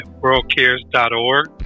worldcares.org